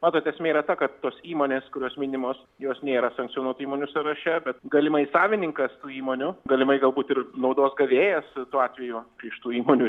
matot esmė yra ta kad tos įmonės kurios minimos jos nėra sankcionuotų įmonių sąraše bet galimai savininkas tų įmonių galimai galbūt ir naudos gavėjas tuo atveju iš tų įmonių